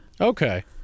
Okay